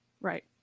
Right